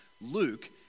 Luke